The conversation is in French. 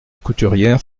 couturière